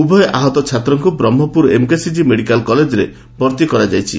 ଉଭୟ ଆହତ ଛାତ୍ରଙ୍ଙୁ ବ୍ରହ୍କପୁର ଏମ୍କେସିଜି ମେଡ଼ିକାଲରେ ଭର୍ଭି କରାଯାଇଛି